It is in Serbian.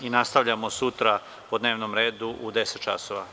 Nastavljamo sutra po dnevnom redu u 10.00 sati.